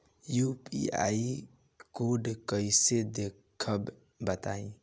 UPI code कैसे देखब बताई?